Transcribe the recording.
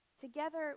Together